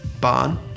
barn